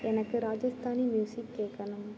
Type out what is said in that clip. எனக்கு ராஜஸ்தானி மியூசிக் கேட்கணும்